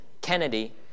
Kennedy